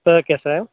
okay sir